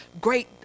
great